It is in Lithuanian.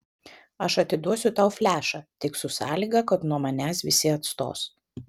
aš atiduosiu tau flešą tik su sąlyga kad nuo manęs visi atstos